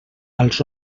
als